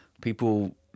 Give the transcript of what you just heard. People